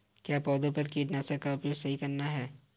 क्या पौधों पर कीटनाशक का उपयोग करना सही है?